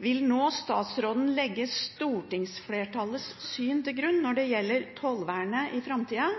Vil nå statsråden legge stortingsflertallets syn til grunn når det gjelder tollvernet i framtida,